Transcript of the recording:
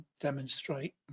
demonstrate